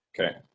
Okay